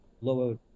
lower